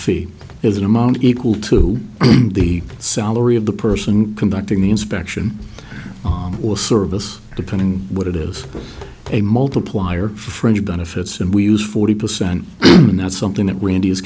fee is an amount equal to the salary of the person conducting the inspection or service depending what it is a multiplier for fringe benefits and we use forty percent and that's something that randy